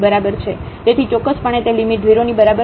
તેથી ચોક્કસપણે તે લિમિટ 0 ની બરાબર ન હોઈ શકે